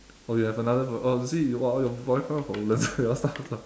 oh you have another oh you see !wah! all your boyfriend all from woodland